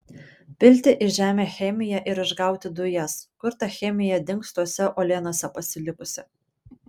pilti į žemę chemiją ir išgauti dujas kur ta chemija dings tose uolienose pasilikusi